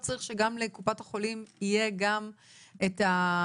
שגם לקופת החולים יהיה גם את,